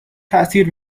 تاثیر